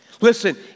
listen